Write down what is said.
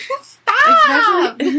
Stop